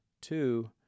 two